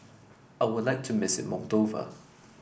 I would like to miss it Moldova